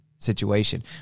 situation